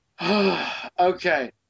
okay